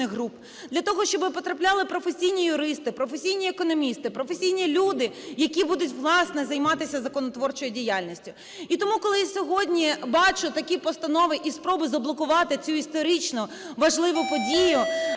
для того, щоб потрапляли професійні юристи, професійні економісти, професійні люди, які будуть, власне, займатися законотворчою діяльністю. І тому, коли я сьогодні бачу такі постанови і спроби заблокувати цю історично важливу подію,